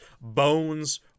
bones